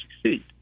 succeed